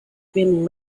been